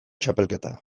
txapelketa